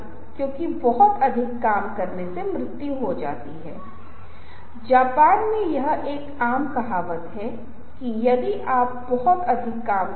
व्यक्तित्व सुखद व्यक्तित्व अच्छा संचार कौशल आत्मविश्वास मुस्कुराहट दृष्टिकोण विश्वसनीयता जो कुछ भी आप कहते हैं समझ में आना चाहिए यथार्थवादी होना चाहिए और अपमानजनक रूप से विदेशी नहीं होना चाहिए